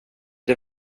det